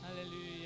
hallelujah